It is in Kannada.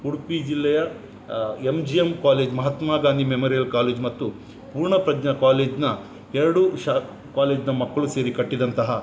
ಉಡುಪಿ ಜಿಲ್ಲೆಯ M G M college Mahatma Gandhi memorial college ಮತ್ತು ಪೂರ್ಣ ಪ್ರಜ್ಞ ಕಾಲೇಜ್ನ ಎರಡು ಶಾ ಕಾಲೇಜ್ನ ಮಕ್ಕಳು ಸೇರಿ ಕಟ್ಟಿದಂತಹ